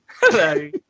Hello